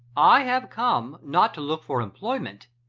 i have come, not to look for employment,